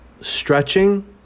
Stretching